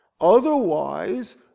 Otherwise